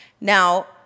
Now